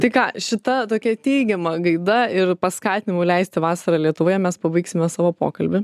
tai ką šita tokia teigiama gaida ir paskatinimu leisti vasarą lietuvoje mes pabaigsime savo pokalbį